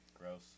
gross